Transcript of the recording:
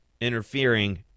interfering